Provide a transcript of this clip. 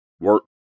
Work